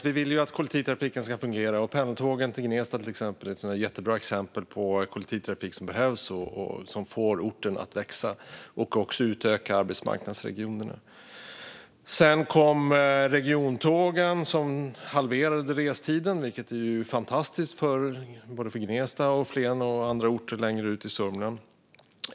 Vi vill ju att kollektivtrafiken ska fungera, och pendeltågen till Gnesta är ett jättebra exempel på kollektivtrafik som behövs och som får orten att växa och också utökar arbetsmarknadsregionerna. Sedan kom regionaltågen, som halverade restiden, vilket är fantastiskt för både Gnesta, Flen och andra orter längre ut i Sörmland.